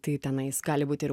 tai tenais gali būti ir